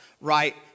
right